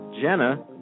Jenna